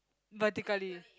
vertically